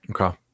Okay